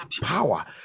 power